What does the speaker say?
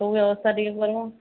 ସବୁ ବ୍ୟବସ୍ଥା ଟିକେ କରିବ